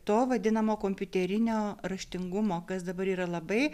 to vadinamo kompiuterinio raštingumo kas dabar yra labai